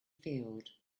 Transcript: field